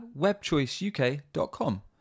webchoiceuk.com